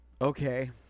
Okay